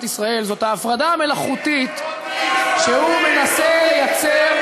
ישראל זאת ההפרדה המלאכותית שהוא מנסה לייצר,